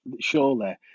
surely